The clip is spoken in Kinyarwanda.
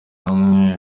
mwe